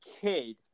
kid